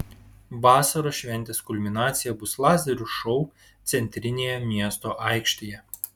vasaros šventės kulminacija bus lazerių šou centrinėje miesto aikštėje